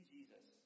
Jesus